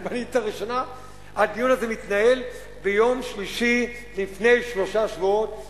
הדיון הזה מתנהל ביום שלישי לפני שלושה שבועות,